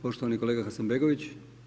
Poštovani kolega Hasanbegović.